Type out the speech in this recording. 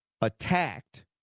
attacked